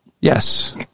Yes